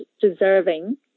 deserving